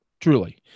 truly